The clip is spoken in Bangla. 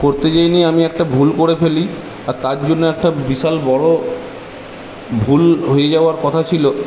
করতে গিয়ে নিয়ে আমি একটা ভুল করে ফেলি আর তার জন্য একটা বিশাল বড়ো ভুল হয়ে যাওয়ার কথা ছিল